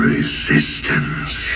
Resistance